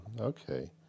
Okay